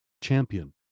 Champion